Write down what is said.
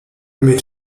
mit